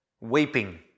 Weeping